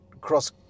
cross